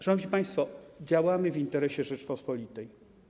Szanowni państwo, działamy w interesie Rzeczypospolitej.